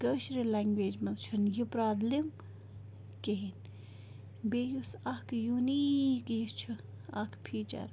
کٲشِرِ لَنٛگویج منٛز چھُنہٕ یہِ پرٛابلِم کِہیٖنۍ بیٚیہِ یُس اکھ یوٗنیٖک یہِ چھُ اَکھ پھیٖچَر